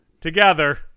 together